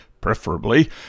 preferably